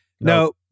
No